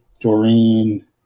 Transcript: Doreen